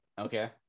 Okay